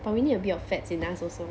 but we need a bit of fats in us also